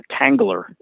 tangler